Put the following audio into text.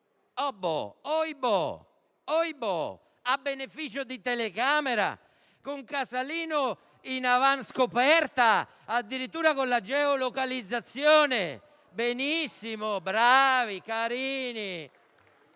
- ohibò! - a beneficio di telecamere, con Casalino in avanscoperta, addirittura con la geolocalizzazione. Benissimo, bravi, carini.